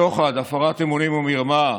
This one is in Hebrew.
שוחד, הפרת אמונים ומרמה,